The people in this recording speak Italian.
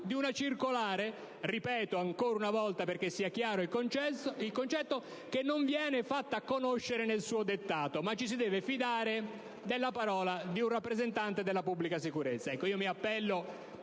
di una circolare (ripeto ancora una volta, perché sia chiaro il concetto) che non viene fatta conoscere nel suo dettato, ma per la quale ci si deve fidare della parola di un rappresentante della pubblica sicurezza.